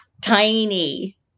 tiny